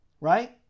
Right